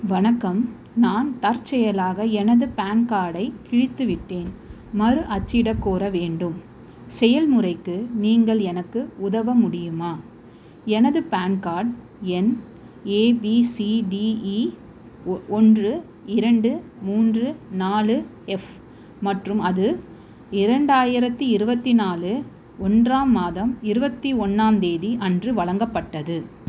வணக்கம் நான் தற்செயலாக எனது பேன் கார்டைக் கிழித்துவிட்டேன் மறு அச்சிடக் கோர வேண்டும் செயல்முறைக்கு நீங்கள் எனக்கு உதவ முடியுமா எனது பேன் கார்டு எண் A B C D E ஒன்று இரண்டு மூன்று நாலு எஃப் மற்றும் அது இரண்டாயிரத்தி இருபத்தி நாலு ஒன்றாம் மாதம் இருபத்தி ஒன்றாம் தேதி அன்று வழங்கப்பட்டது